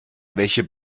welche